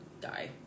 die